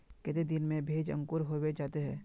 केते दिन में भेज अंकूर होबे जयते है?